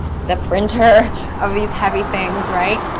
the printer of these heavy things, right.